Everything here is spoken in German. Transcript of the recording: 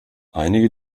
einige